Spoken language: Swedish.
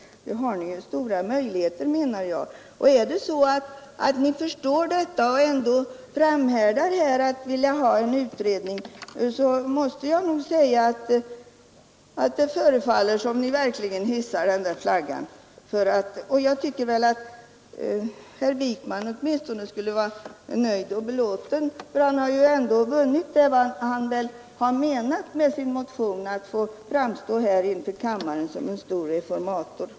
Och är det så att ni förstår att detta är en budgetfråga och ändå 211 framhärdar i att vilja ha en utredning, förefaller det mig som om ni verkligen hissar den där flaggan på halv stång. Åtminstone herr Wijkman borde ju vara nöjd och belåten; han har vunnit vad han väl avsåg med sin motion, nämligen att få framstå för kammaren som en stor reformator.